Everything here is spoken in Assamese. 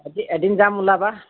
এদিন যাম ওলাবা